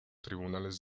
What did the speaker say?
tribunales